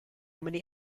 many